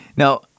Now